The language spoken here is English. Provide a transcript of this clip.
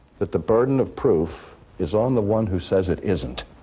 that the burden of proof is on the one who says it isn't